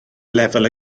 lefel